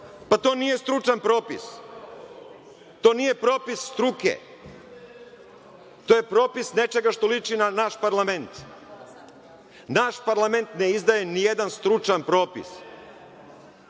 To nije stručan propis. To nije propis struke. To je propis nečega što liči na naš parlament. Naš parlament ne izdaje nijedan stručan propis.